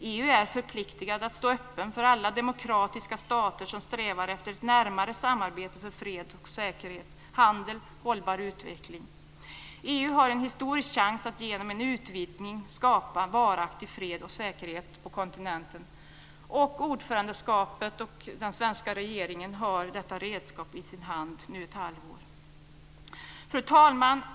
EU är förpliktad att stå öppen för alla demokratiska stater som strävar efter ett närmare samarbete för fred och säkerhet, handel, hållbar utveckling. EU har en historisk chans att genom en utvidgning skapa varaktig fred och säkerhet på kontinenten. Den svenska regeringen har i och med ordförandeskapet detta redskap i sin hand under ett halvår. Fru talman!